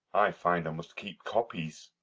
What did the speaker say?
i find i must keep copies.